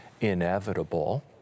inevitable